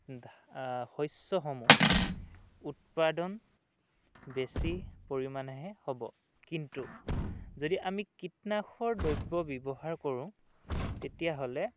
শস্যসমূহ উৎপাদন বেছি পৰিমাণেহে হ'ব কিন্তু যদি আমি কীটনাশৰ দ্ৰব্য ব্যৱহাৰ কৰোঁ তেতিয়াহ'লে